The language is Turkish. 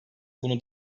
bunu